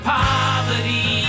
poverty